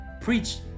Preach